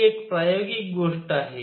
ती एक प्रायोगिक गोष्ट आहे